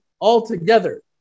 altogether